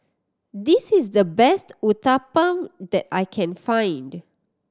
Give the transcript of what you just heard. this is the best Uthapam that I can find